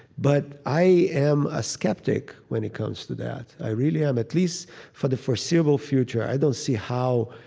but i am a skeptic when it comes to that. i really am, at least for the foreseeable future. i don't see how,